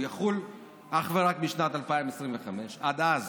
הוא יחול אך ורק משנת 2025. עד אז